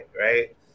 right